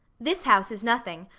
this house is nothing,